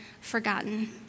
forgotten